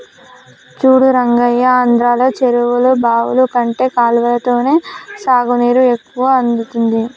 చూడు రంగయ్య ఆంధ్రలో చెరువులు బావులు కంటే కాలవలతోనే సాగునీరు ఎక్కువ అందుతుంది